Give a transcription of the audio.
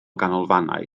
ganolfannau